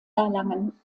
erlangen